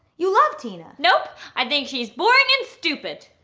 you love tina! nope. i think she is boring and stupid.